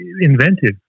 inventive